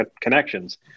connections